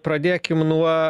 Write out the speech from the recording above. pradėkim nuo